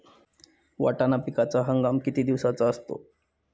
वाटाणा पिकाचा हंगाम किती दिवसांचा असतो?